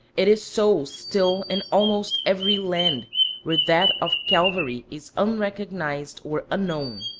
it is so still in almost every land where that of calvary is unrecognized or unknown.